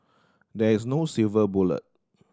there is no silver bullet